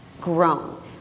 grown